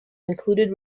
included